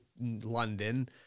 London